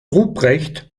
ruprecht